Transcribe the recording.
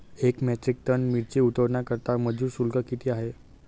एक metric ton मिरची उतरवण्याकरता मजूर शुल्क किती आहे?